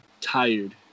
tired